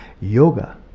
Yoga